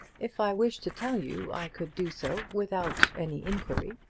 if i wished to tell you i could do so without any inquiry.